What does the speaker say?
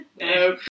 No